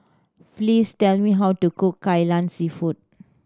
please tell me how to cook Kai Lan Seafood